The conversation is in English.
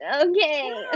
okay